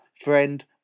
friend